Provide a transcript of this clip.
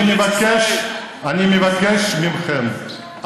אני מבקש מכם,